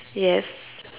yes